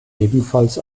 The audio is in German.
ebenfalls